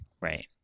Right